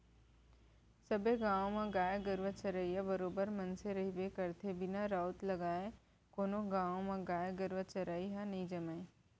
सबे गाँव म गाय गरुवा चरइया बरोबर मनसे रहिबे करथे बिना राउत लगाय कोनो गाँव म गाय गरुवा के चरई ह नई जमय